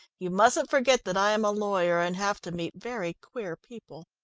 you mustn't forget that i am a lawyer and have to meet very queer people.